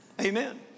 Amen